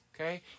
Okay